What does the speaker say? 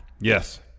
Yes